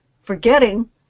forgetting